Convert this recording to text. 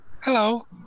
Hello